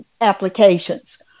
applications